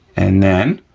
and then,